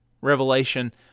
Revelation